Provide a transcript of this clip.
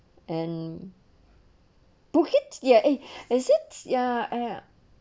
and bukit ya eh is it ya ya